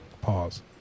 Pause